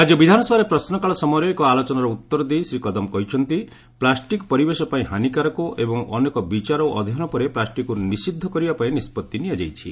ରାଜ୍ୟ ବିଧାନସଭାରେ ପ୍ରଶ୍ନ କାଳ ସମୟରେ ଏକ ଆଲୋଚନାର ଉତ୍ତର ଦେଇ ଶ୍ରୀ କଦମ୍ କହିଛନ୍ତି ପ୍ଲାଷ୍ଟିକ୍ ପରିବେଶ ପାଇଁ ହାନୀକାରକ ଏବଂ ଅନେକ ବିଚାର ଓ ଅଧ୍ୟୟନ ପରେ ପ୍ଲାଷ୍ଟିକ୍କୁ ନିଷିଦ୍ଧ କରିବା ପାଇଁ ନିଷ୍ପଭି ନିଆଯାଇଛି